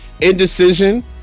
indecision